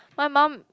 my mum